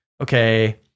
okay